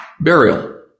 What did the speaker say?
burial